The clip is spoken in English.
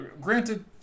Granted